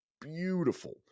beautiful